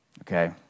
Okay